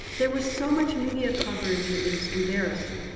there was so much media coverage it was embarrassing.